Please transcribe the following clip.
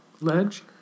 Ledge